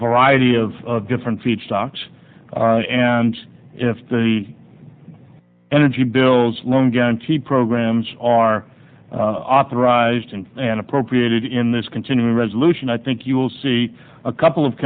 variety of different feedstocks and if the energy bills loan guarantee programs are authorized and appropriated in this continuing resolution i think you will see a couple of